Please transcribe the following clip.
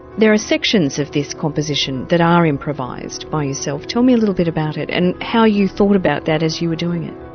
there are sections of this composition that are improvised by yourself, tell me a little bit about it and how you thought about that as you were doing it.